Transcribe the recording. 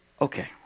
Okay